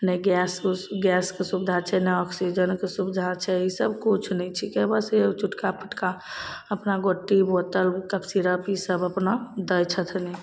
नहि गैस उस नहि गैसके सुबिधा छै नहि ऑक्सिजनके सुबिधा छै ईसब किछु नहि छिकै बस इहए चुटका पुटका अपना गोटी बोतल कफ सिरप ईसब अपना दै छथिन